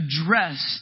addressed